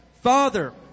Father